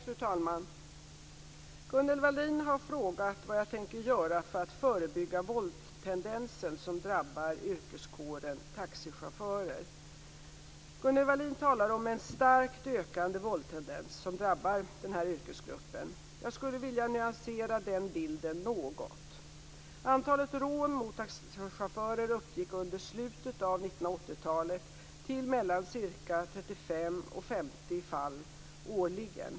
Fru talman! Gunnel Wallin har frågat vad jag tänker göra för att förebygga våldstendensen som drabbar yrkeskåren taxichaufförer. Gunnel Wallin talar om en starkt ökande våldstendens som drabbar denna yrkesgrupp. Jag skulle vilja nyansera den bilden något. Antalet rån mot taxichaufförer uppgick under slutet av 1980-talet till mellan ca 35 och 50 fall årligen.